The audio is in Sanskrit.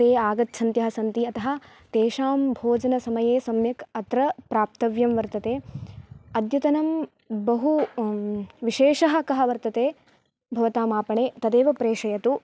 ते आगच्छन्त्यः सन्ति अतः तेषां भोजनसमये सम्यक् अत्र प्राप्तव्यं वर्तते अद्यतनं बहु विषेशः कः वर्तते भवताम् आपणे तदेव प्रेशयतु